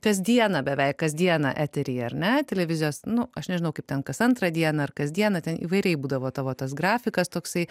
kasdieną beveik kasdieną eteryje ar ne televizijos nu aš nežinau kaip ten kas antrą dieną ar kasdieną ten įvairiai būdavo tavo tas grafikas toksai